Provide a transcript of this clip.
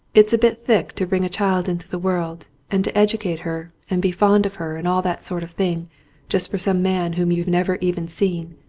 it's a bit thick to bring a child into the world and to edu cate her and be fond of her and all that sort of thing just for some man whom you've never even seen.